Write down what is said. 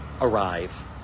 arrive